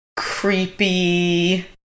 creepy